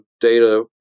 data